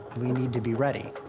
we need to be ready.